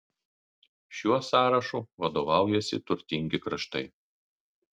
šiuo sąrašu vadovaujasi turtingi kraštai